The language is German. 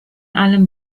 allem